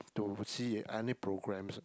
to see if any programs or